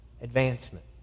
advancement